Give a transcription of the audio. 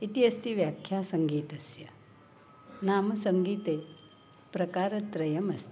इति अस्ति व्याख्या सङ्गीतस्य नाम सङ्गीते प्रकारत्रयमस्ति